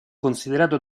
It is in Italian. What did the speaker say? considerato